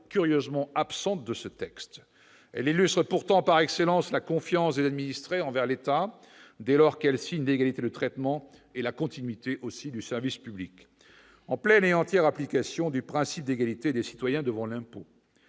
curieusement absente de ce texte. Elle illustre pourtant par excellence la confiance des administrés envers l'État, dès lors qu'elle signe l'égalité de traitement, ainsi que la continuité du service public, en pleine et entière application du principe d'égalité des citoyens devant l'impôt.